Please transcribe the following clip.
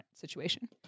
situation